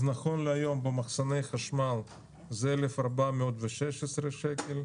נכון להיום במחסני חשמל זה 1,416 שקל,